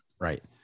Right